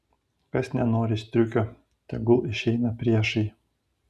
kas nenori striukio tegul išeina priešai